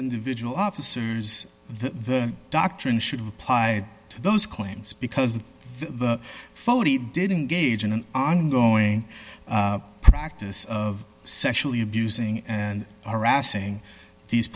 individual officers the doctrine should apply to those claims because of the phony dating gaijin an ongoing practice of sexually abusing and harassing these